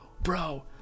bro